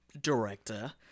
director